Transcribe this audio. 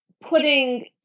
putting